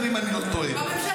אהלן וסהלן.